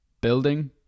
Building